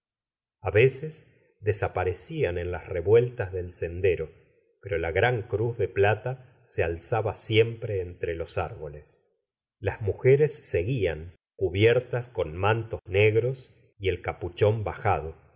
a veces desaparecían en las revueltas del sendero pero la gran cruz de plata se alzaba siempre entre los árboles las mujeres seguían cubiertas con mantos negros y el capuchón bajado